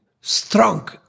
strong